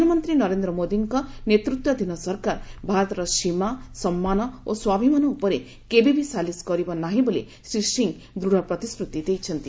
ପ୍ରଧାନମନ୍ତ୍ରୀ ନରେନ୍ଦ୍ର ମୋଦିଙ୍କ ନେତୃତ୍ୱାଧୀନ ସରକାର ଭାରତର ସୀମା ସମ୍ମାନ ଓ ସ୍ୱାଭିମାନ ଉପରେ କେବେବି ସାଲିସ୍ କରିବ ନାହିଁ ବୋଲି ଶ୍ରୀ ସିଂ ଦୃଢ ପ୍ରତିଶ୍ରୁତି ଦେଇଛନ୍ତି